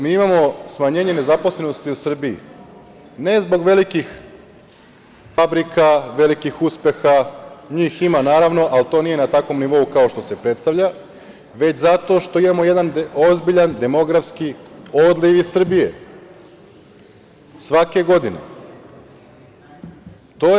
Mi imamo smanjenje nezaposlenosti u Srbiji, ne zbog velikih fabrika, velikih uspeha, njih ima, naravno, ali to nije na takvom nivou kao što se predstavlja, već zato što imamo jedan ozbiljan demografski odliv iz Srbije svake godine.